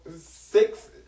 six